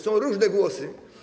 Są różne głosy.